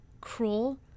cruel